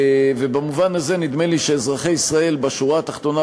ובמובן הזה נדמה לי שאזרחי ישראל בשורה התחתונה,